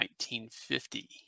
1950